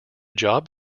job